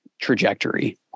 trajectory